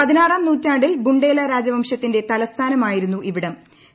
പതിനാറാം നൂറ്റാണ്ടിൽ ബുണ്ടെല രാജവംശത്തിന്റെ തലസ്ഥാനം ആയിരുന്നു ഇവിടം